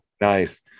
nice